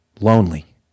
lonely